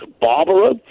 Barbara